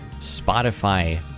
Spotify